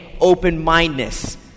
open-mindedness